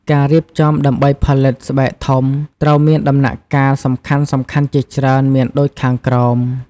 ការរៀបចំដើម្បីផលិត ស្បែកធំ ត្រូវមានដំណាក់កាលសំខាន់ៗជាច្រើន មានដូចខាងក្រោម។